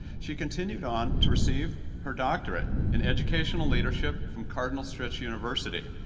she continued on to receive her doctorate in educational leadership from cardinal stretch university.